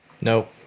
No